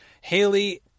Haley